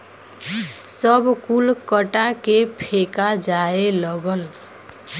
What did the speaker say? सब कुल कटा के फेका जाए लगल